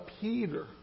Peter